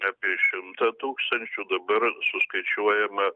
apie šimtą tūkstančių dabar suskaičiuojama